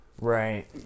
Right